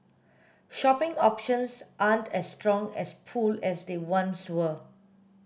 shopping options aren't as strong as pull as they once were